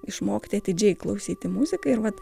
išmokti atidžiai klausyti muziką ir vat